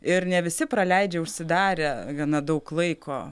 ir ne visi praleidžia užsidarę gana daug laiko